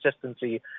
consistency